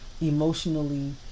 emotionally